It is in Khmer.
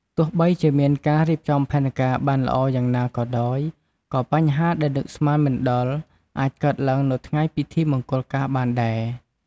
ទោះបីជាមានការរៀបចំផែនការបានល្អយ៉ាងណាក៏ដោយ ក៏បញ្ហាដែលនឹកស្មានមិនដល់អាចកើតឡើងនៅថ្ងៃពិធីមង្គលការបានដែរ។